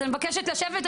אז אני מבקשת לשבת,